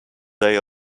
day